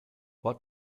what